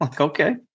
okay